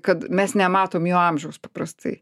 kad mes nematom jo amžiaus paprastai